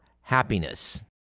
happiness